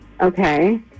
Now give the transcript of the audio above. Okay